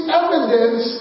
evidence